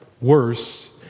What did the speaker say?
worse